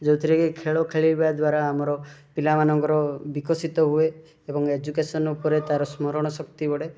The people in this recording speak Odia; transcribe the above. ଯେଉଁଥିରେକି ଖେଳ ଖେଳିବା ଦ୍ଵାରା ଆମର ପିଲାମାନଙ୍କର ବିକଶିତ ହୁଏ ଏବଂ ଏଜୁକେଶନ୍ ଉପରେ ତାର ସ୍ମରଣ ଶକ୍ତି ବଢ଼େ